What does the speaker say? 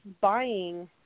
buying